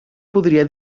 podria